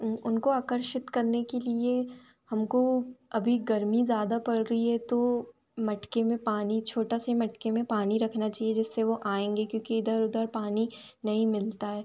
उन उनको आकर्षित करने के लिए हमको अभी गर्मी ज़्यादा पड़ रही है तो मटके में पानी छोटा से मटके में पानी रखना चाहिए जिससे वे आएँगे क्योंकि इधर उधर पानी नहीं मिलता है